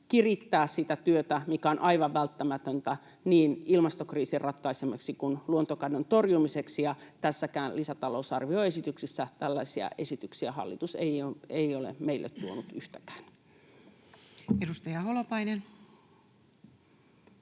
kirittää sitä työtä, mikä on aivan välttämätöntä niin ilmastokriisin ratkaisemiseksi kuin luontokadon torjumiseksi, ja tässäkään lisätalousarvioesityksessä tällaisia esityksiä hallitus ei ole meille tuonut yhtäkään. Edustaja Holopainen.